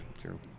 true